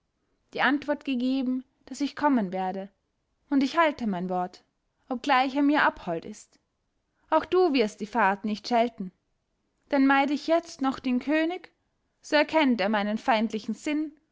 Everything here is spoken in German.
die antwort gegeben daß ich kommen werde und ich halte mein wort obgleich er mir abhold ist auch du wirst die fahrt nicht schelten denn meide ich jetzt noch den könig so erkennt er meinen feindlichen sinn